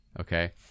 Okay